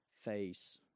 face